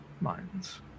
minds